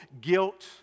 guilt